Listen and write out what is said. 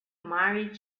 married